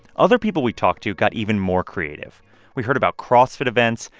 other people we talked to got even more creative we heard about crossfit events,